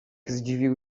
zdziwił